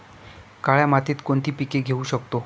काळ्या मातीत कोणती पिके घेऊ शकतो?